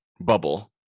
bubble